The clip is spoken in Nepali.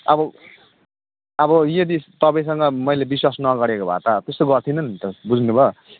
अब अब यदि तपाईँसँग मैले विश्वास नगरेको भए त त्यस्तो गर्थिनँ नि त बुझ्नुभयो